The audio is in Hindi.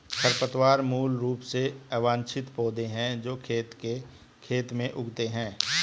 खरपतवार मूल रूप से अवांछित पौधे हैं जो खेत के खेत में उगते हैं